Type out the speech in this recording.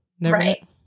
Right